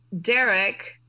Derek